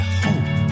hope